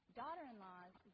daughter-in-laws